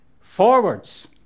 forwards